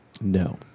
No